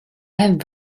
have